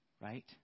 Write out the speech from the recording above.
right